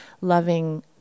loving